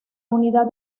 unidad